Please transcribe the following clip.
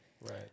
Right